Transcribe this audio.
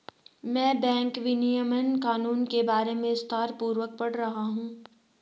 मैं बैंक विनियमन कानून के बारे में विस्तारपूर्वक पढ़ रहा हूं